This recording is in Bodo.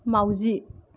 माउजि